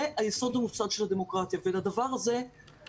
זה היסוד המוסד של הדמוקרטיה ולדבר הזה,